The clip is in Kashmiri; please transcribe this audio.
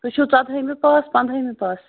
تُہۍ چھِو ژۄدہٲیمہِ پاس پَنٛدہٲیمہِ پاس